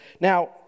now